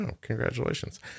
Congratulations